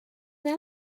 with